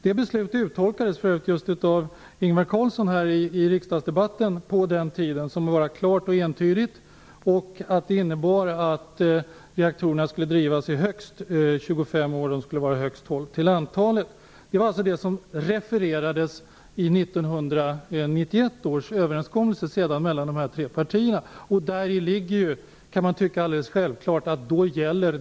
Det beslutet uttolkades av Ingvar Carlsson i riksdagsdebatten på den tiden som klart och entydigt. Det innebar att reaktorerna skulle drivas i längst 25 år och vara högst 12 stycken till antalet. Det var detta som refererades i 1991 års överenskommelse mellan de tre partierna. Däri ligger att den åsikten gäller.